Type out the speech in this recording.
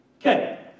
Okay